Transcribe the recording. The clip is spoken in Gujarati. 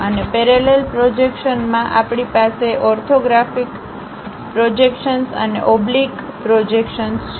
અને પેરેલલ પ્રોજેક્શન માં આપણી પાસે ઓર્થોગ્રાફિક પ્રોજેક્શન્સ અને ઓબ્લીક ઓબ્લીક પ્રોજેક્શન છે